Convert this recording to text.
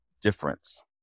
difference